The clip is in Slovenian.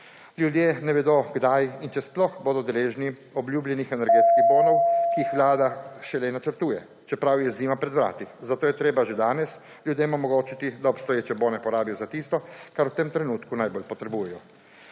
Ljudje ne vedo, kdaj in če sploh bodo deležni obljubljenih energetskih bonov, ki jih Vlada šele načrtuje, čeprav je zima pred vrati. Zato je treba že danes ljudem omogočiti, da obstoječe bone porabijo za tisto, kar v tem trenutku najbolj potrebujejo.